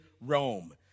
Rome